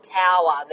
power